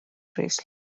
bracelet